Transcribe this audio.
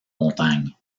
montagne